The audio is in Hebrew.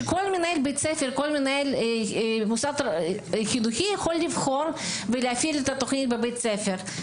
שכל מוסד חינוכי יכול לבחור ולהפעיל את התוכנית בבית הספר.